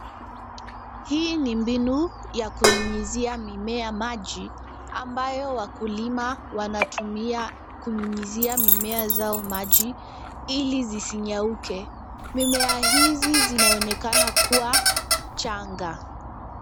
Hii ni mbinu ya kunyunyizia mimea maji ambayo wakulima wanatumia kunyunyizia mimea zao maji ili zisinyauke. Mimea hizi zinaonekana kuwa changa.